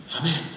Amen